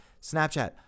Snapchat